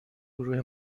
گروه